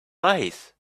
lies